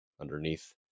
underneath